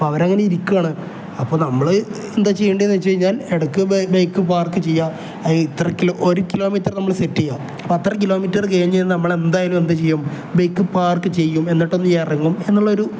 അവർ അങ്ങനെ ഇരിക്കുകയാണ് അപ്പം നമ്മൾ എന്താ ചെയ്യേണ്ടതെന്ന് വെച്ച് കഴിഞ്ഞാൽ ഇടക്ക് ബൈക്ക് പാർക്ക് ചെയ്യുക അ ഇത്ര കിലോ ഒരു കിലോമീറ്റർ നമ്മൾ സെറ്റ് ചെയ്യുക അപ്പം അത്ര കിലോമീറ്ററ് കഴിഞ്ഞ് കഴിഞ്ഞാൽ നമ്മൾ എന്തായാലും എന്ത് ചെയ്യും ബൈക്ക് പാർക്ക് ചെയ്യും എന്നിട്ടൊന്ന് ഇറങ്ങും എന്നുള്ളൊരു